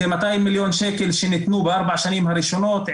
זה 200 מיליון שקל שניתנו ב-4 השנים הראשונות,